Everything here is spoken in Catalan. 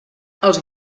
els